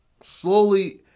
slowly